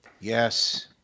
Yes